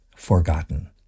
forgotten